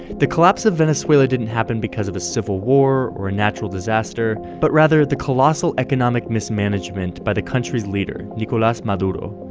the collapse of venezuela didn't happen because of a civil war or a natural disaster, but rather the colossal economic mismanagement by the country's leader, nicolas maduro.